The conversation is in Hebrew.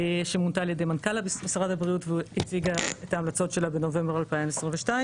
שמונתה על ידי מנכ"ל משרד הבריאות והציגה את ההמלצות שלה בנובמבר 2022,